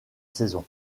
saison